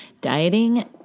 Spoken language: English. dieting